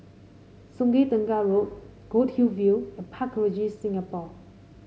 Sungei Tengah Road Goldhill View and Park Regis Singapore